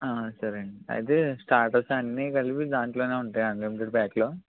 సరే అండి అయితే స్టార్టర్స్ అన్నీ కలిపి దాంట్లో ఉంటాయి అన్లిమిటెడ్ ప్యాక్లో